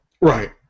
Right